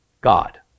God